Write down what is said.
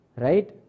right